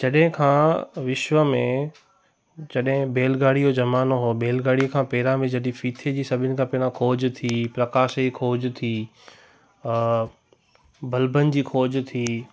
जॾैं खां विश्व में जॾहिं बेलगाड़ीअ यो ज़मानो हुओ बेलगाड़ीअ खां पहिरियों बि जॾहिं फीथे जी सभीनि खां पहिरियों खोज थी प्रकाश जी खोज थी बल्बनि जी खोज थी